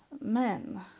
men